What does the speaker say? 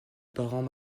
parents